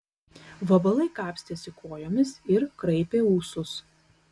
vabalai kapstėsi kojomis ir kraipė ūsus